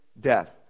death